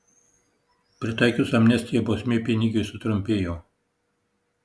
pritaikius amnestiją bausmė pinigiui sutrumpėjo